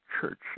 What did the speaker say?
church